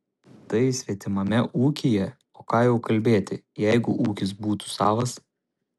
tai svetimame ūkyje o ką jau kalbėti jeigu ūkis būtų savas